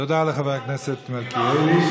תודה לחבר הכנסת מלכיאלי.